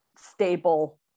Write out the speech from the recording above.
stable